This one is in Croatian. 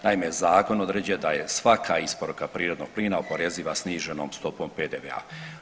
Naime, zakon određuje da je svaka isporuka prirodnog plina oporeziva sniženom stopom PDV-a.